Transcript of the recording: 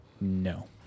No